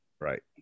right